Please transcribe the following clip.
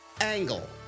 angle